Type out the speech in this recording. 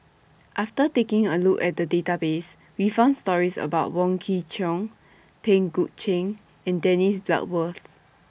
after taking A Look At The Database We found stories about Wong Kwei Cheong Pang Guek Cheng and Dennis Bloodworth